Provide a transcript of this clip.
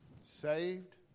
Saved